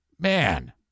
Man